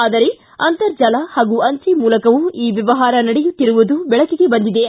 ಆದರೆ ಅಂತರ್ಜಾಲ ಹಾಗೂ ಅಂಚೆ ಮೂಲಕವೂ ಈ ವ್ಯವಹಾರ ನಡೆಯುತ್ತಿರುವುದು ಬೆಳಕಿಗೆ ಬಂದಿದೆ